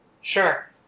sure